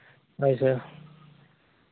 ᱦᱳᱭ ᱦᱳᱭ